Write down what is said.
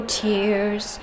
tears